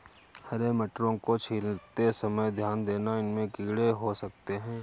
हरे मटरों को छीलते समय ध्यान देना, इनमें कीड़े हो सकते हैं